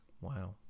Wow